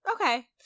okay